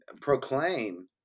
proclaim